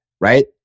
right